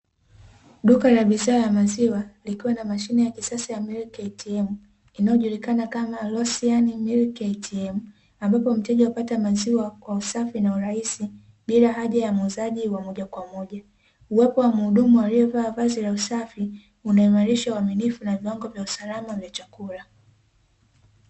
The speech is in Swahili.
Duka la bidhaa ya maziwa, likiwa na mashine ya kisasa ya milk atm inayojulikana kama "LUCIAN MILK ATM", ambapo mteja hupata maziwa kwa usafi na urahisi bila haja ya muuzaji wa moja kwa moja. Uwepo wa muhudumu aliyevaa vazi la usafi unaimarisha uaminifu wa viwango vya usalama wa chakula.